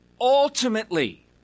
ultimately